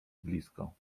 blisko